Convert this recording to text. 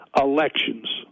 elections